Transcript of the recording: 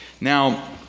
Now